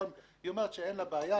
היא אומרת שאין לה בעיה,